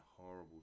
horrible